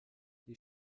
die